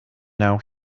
now